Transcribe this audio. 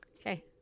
okay